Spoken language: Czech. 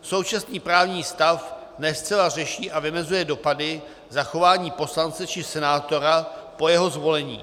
Současný právní stav ne zcela řeší a vymezuje dopady zachování poslance či senátora po jeho zvolení.